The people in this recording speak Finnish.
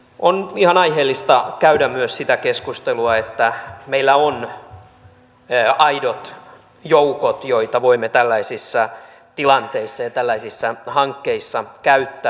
on ihan aiheellista käydä myös sitä keskustelua että meillä on aidot joukot joita voimme tällaisissa tilanteissa ja tällaisissa hankkeissa käyttää